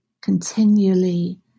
continually